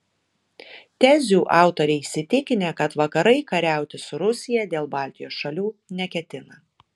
tezių autoriai įsitikinę kad vakarai kariauti su rusija dėl baltijos šalių neketina